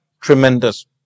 tremendous